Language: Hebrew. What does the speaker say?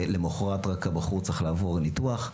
ורק למחרת הבחור צריך לעבור ניתוח.